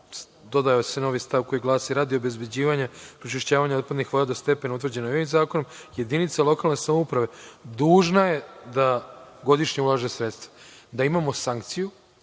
dodaje se novi stav koji glasi – radi obezbeđivanja prečišćavanja otpadnih voda do stepena utvrđenih ovim zakonom, jedinica lokalne samouprave dužna je da godišnje ulaže sredstva. Da imamo sankciju,